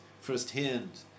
firsthand